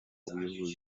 ubuyobozi